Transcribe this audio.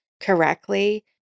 correctly